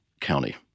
county